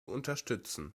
unterstützen